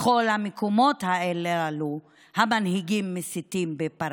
בכל המקומות הללו המנהיגים מסיתים בפראות,